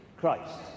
Christ